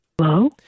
hello